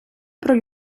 про